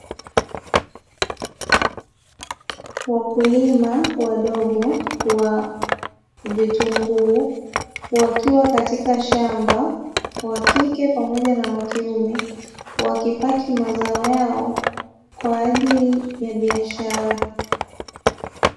Wakulima wadogo wa vitunguu wakiwa katika shamba (wa kike pamoja na wa kiume), wakipaki mazao yao kwa ajili ya biashara.